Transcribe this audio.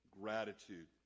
gratitude